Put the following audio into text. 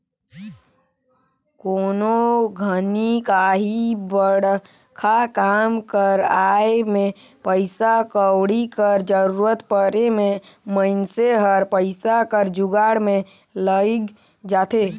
कोनो घनी काहीं बड़खा काम कर आए में पइसा कउड़ी कर जरूरत परे में मइनसे हर पइसा कर जुगाड़ में लइग जाथे